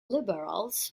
liberals